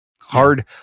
Hard